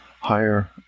higher